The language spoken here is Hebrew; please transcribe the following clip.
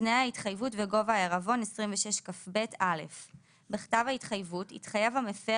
26כבתנאי ההתחייבות וגובה העירבון בכתב ההתחייבות יתחייב הפר